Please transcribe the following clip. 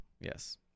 Yes